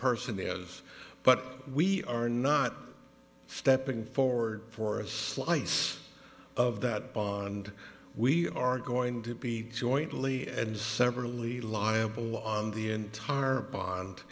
person is but we are not stepping forward for a slice of that bond we are going to be jointly and severally liable on the entire bond